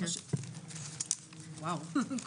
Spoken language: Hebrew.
אני